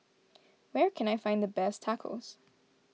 where can I find the best Tacos